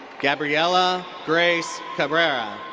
gabriella grace cabrera.